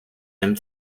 même